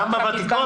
גם בוותיקות?